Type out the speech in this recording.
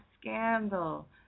Scandal